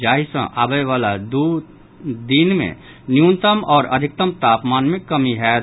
जाहि सॅ आबय वला दू दिन मे न्यूनतम आओर अधिकतम तापमान मे कमि होयत